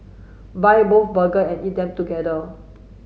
buy both burger and eat them together